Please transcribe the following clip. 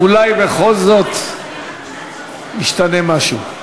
אולי בכל זאת ישתנה משהו.